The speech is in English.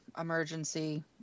emergency